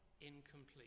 incomplete